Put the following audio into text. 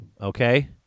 Okay